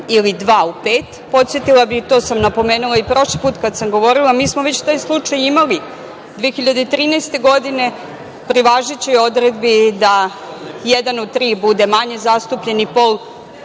ili dva u pet. Podsetila bih, to sam napomenula i prošli put kad sam govorila, mi smo već taj slučaj imali 2013. godine pri važećoj odredbi da jedan u tri bude manje zastupljeni pol,